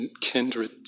kindred